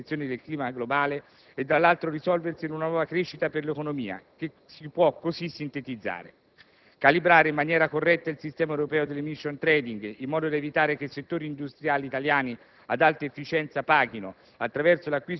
che potrà, da una parte avere, effetti benefici sulla protezione del clima globale e, dall'altra, risolversi in una nuova crescita per l'economia. Tale cammino si può così sintetizzare: in primo luogo, calibrare in maniera corretta il sistema europeo dell'*emission trading* in modo da evitare che settori industriali italiani